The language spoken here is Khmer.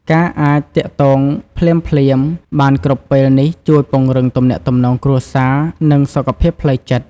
ការអាចទាក់ទងភ្លាមៗបានគ្រប់ពេលនេះជួយពង្រឹងទំនាក់ទំនងគ្រួសារ និងសុខភាពផ្លូវចិត្ត។